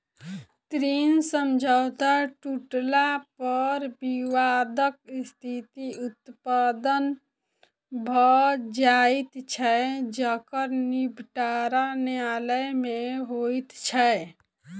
ऋण समझौता टुटला पर विवादक स्थिति उत्पन्न भ जाइत छै जकर निबटारा न्यायालय मे होइत छै